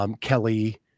Kelly